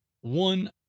one